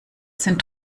sind